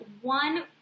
one